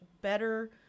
better